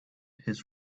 his